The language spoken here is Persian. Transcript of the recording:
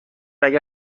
اگر